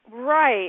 right